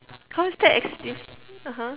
how's that (uh huh)